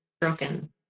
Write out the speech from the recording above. broken